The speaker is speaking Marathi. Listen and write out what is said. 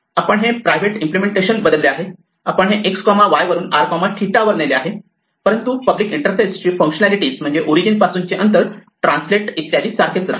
आपण हे प्रायव्हेट इम्पलेमेंटेशन बदलले आहे आपण हे x y वरून r 𝜭 वर नेले आहे परंतु पब्लिक इंटरफेस ची फंक्शनालिटी म्हणजेच O पासूनचे अंतर ट्रान्सलेट इत्यादी सारखेच राहते